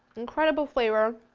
incredible flavor,